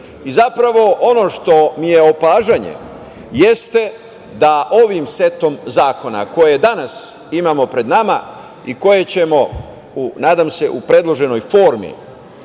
administracije. Ono što mi je opažanje, jeste da ovim setom zakona koje danas imamo pred nama i koje ćemo, nadam se u predloženoj formi,